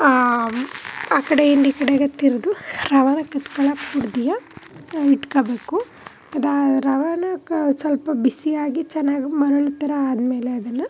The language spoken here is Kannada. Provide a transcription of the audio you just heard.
ಆ ಕಡೆಯಿಂದ ಈ ಕಡೆಗೆ ತಿರ್ದು ರವೆನ ಕತ್ಕೊಳ್ಳೋಕ್ಕೆ ಬುಡ್ದಿಯ ನಾವು ಇಟ್ಕೊಳ್ಬೇಕು ಅದು ರವೆನಾ ಕ ಸ್ವಲ್ಪ ಬಿಸಿಯಾಗಿ ಚೆನ್ನಾಗಿ ಮರಳೋ ಥರ ಆದ್ಮೇಲೆ ಅದನ್ನು